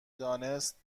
دانست